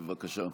בבקשה.